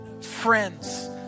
friends